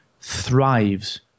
thrives